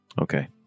Okay